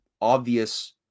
obvious